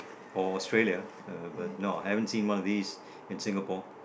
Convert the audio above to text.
or Australia but no I haven't seen one of these in Singapore